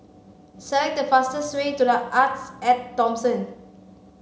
select the fastest way to The Artes at Thomson